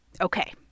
Okay